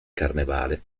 carnevale